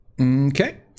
Okay